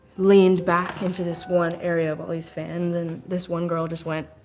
leaned back into this one area of all these fans and this one girl just went